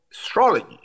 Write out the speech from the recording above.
astrology